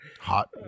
Hot